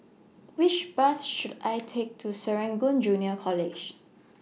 Which Bus should I Take to Serangoon Junior College